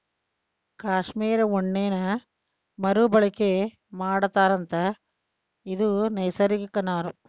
cashmere ಉಣ್ಣೇನ ಮರು ಬಳಕೆ ಮಾಡತಾರಂತ ಇದು ನೈಸರ್ಗಿಕ ನಾರು